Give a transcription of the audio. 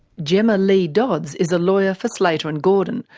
gemma leigh-dodds is a lawyer for slater and gordon,